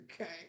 Okay